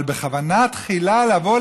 אבל בכוונה תחילה לבוא,